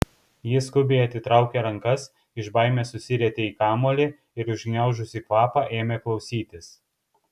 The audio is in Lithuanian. ji skubiai atitraukė rankas iš baimės susirietė į kamuolį ir užgniaužusi kvapą ėmė klausytis